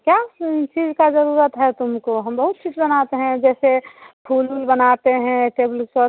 क्या चीज़ का ज़रूरत है तुमको हम बहुत चीज़ बनाते हैं जैसे फूल ऊल बनाते हैं टेबल क्लॉथ